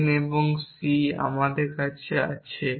n এবং c আমাদের কাছে আছে